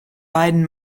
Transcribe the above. beiden